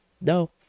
no